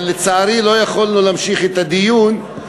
אבל לצערי לא יכולנו להמשיך את הדיון,